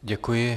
Děkuji.